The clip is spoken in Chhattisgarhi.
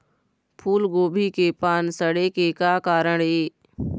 फूलगोभी के पान सड़े के का कारण ये?